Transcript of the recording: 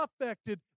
affected